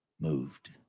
moved